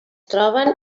troben